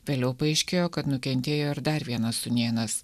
vėliau paaiškėjo kad nukentėjo ir dar vienas sūnėnas